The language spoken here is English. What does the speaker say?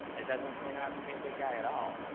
it doesn't paint him out to be a good guy at all.